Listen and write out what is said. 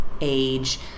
age